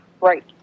Right